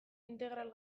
integral